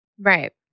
Right